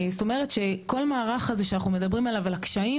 זאת אומרת שכל המערך הזה שאנחנו מדברים עליו,